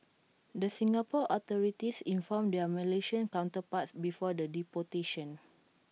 the Singapore authorities informed their Malaysian counterparts before the deportation